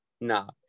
no